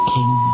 King